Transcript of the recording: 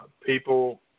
people